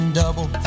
double